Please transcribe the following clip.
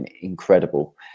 incredible